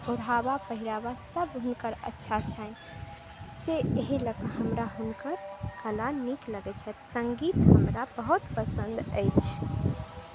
ओढ़ावा पहिरावा सब हुनकर अच्छा छनि से एहि लक हमरा हुनकर खला नीक लगै छथि संगीत हमरा बहुत पसन्द अछि